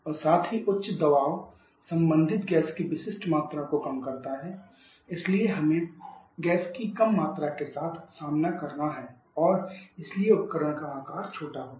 और साथ ही उच्च दबाव संबंधित गैस की विशिष्ट मात्रा को कम करता है इसलिए हमें गैस की कम मात्रा के साथ सामना करना है और इसलिए उपकरण का आकार छोटा होगा